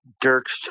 Dirk's